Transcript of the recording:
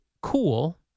cool